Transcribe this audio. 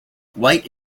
white